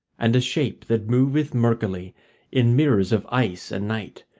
and a shape that moveth murkily in mirrors of ice and night,